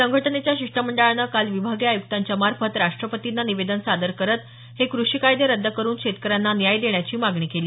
संघटनेच्या शिष्टमंडळानं काल विभागीय आयुक्तांच्या मार्फत राष्ट्रपतींना निवेदन सादर करत हे कृषी कायदे रद्द करुन शेतकऱ्यांना न्याय देण्याची मागणी केली